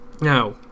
Now